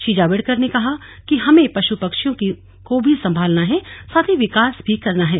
श्री जावडेकर ने कहा कि हमें पशु पक्षियों को भी संभालना है साथ ही विकास भी करना है